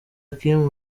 kim